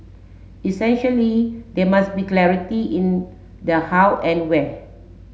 essentially there must be clarity in the how and where